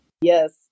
Yes